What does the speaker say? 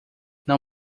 não